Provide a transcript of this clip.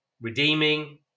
redeeming